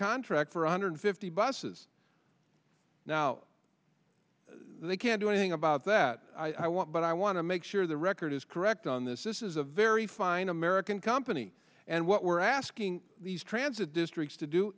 contract for one hundred fifty buses now they can't do anything about that i want but i want to make sure the record is correct on this this is a very fine american company and what we're asking these transit districts to do